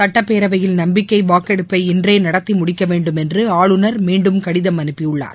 சட்டப்பேரவையில் நம்பிக்கை வாக்கெடுப்பை இன்றே நிருபிக்க நடத்தி முடிக்கவேண்டும் என்று ஆளுநர் மீண்டும் கடிதம் அனுப்பியுள்ளார்